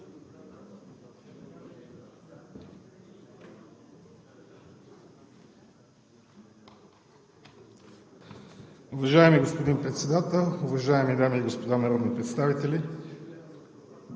Уважаеми господин Председател, уважаеми дами и господа народни представители!